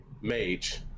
mage